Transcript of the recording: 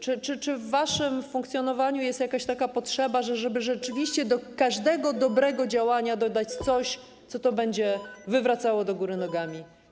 Czy w waszym funkcjonowaniu jest jakaś potrzeba, żeby rzeczywiście do każdego dobrego działania dodać coś, co to będzie wywracało do góry nogami?